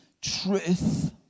truth